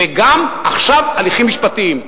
ועכשיו גם הליכים משפטיים,